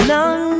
None